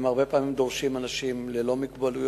הם הרבה פעמים דורשים אנשים ללא מוגבלויות.